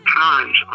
times